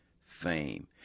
fame